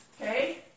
Okay